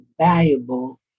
valuable